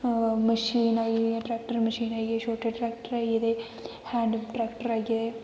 machine आई गेई tractor machine आई गेई दी ऐ छोटे ट्रैक्टर आई गेदे हैन्ड़ ट्रैक्टर आई गेदे